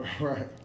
Right